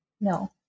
No